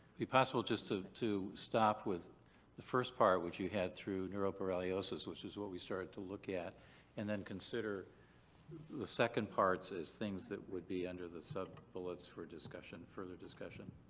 be possible just to to stop with the first part which you had through neuroborreliosis, which is what we started to look at and then consider the second parts as things that would be under the sub-bullets for discussion. further discussion,